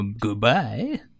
Goodbye